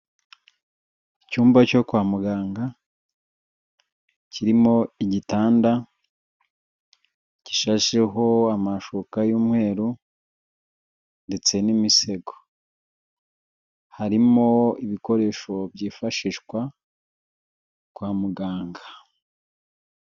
Icyumba cyo kwa muganga, kirimo igitanda gishasheho amashuka y'umweru ndetse n'imisego, harimo ibikoresho byifashishwa kwa muganga.